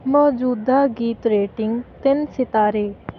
ਮੌਜੂਦਾ ਗੀਤ ਰੇਟਿੰਗ ਤਿੰਨ ਸਿਤਾਰੇ